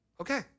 Okay